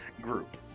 group